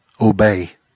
obey